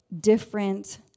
different